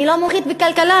אני לא מומחית בכלכלה,